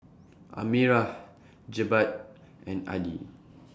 Amirah Jebat and Adi